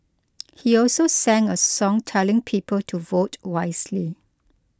he also sang a song telling people to vote wisely